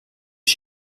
est